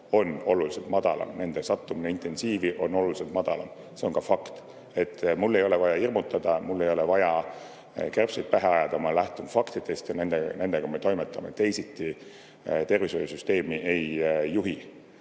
on oluliselt madalam, nende sattumine intensiivi on oluliselt madalam. See on ka fakt. Mul ei ole vaja hirmutada, mul ei ole vaja kärbseid pähe ajada, ma lähtun faktidest ja nendega me toimetame. Teisiti tervishoiusüsteemi ei juhi.